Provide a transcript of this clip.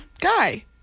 guy